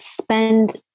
spend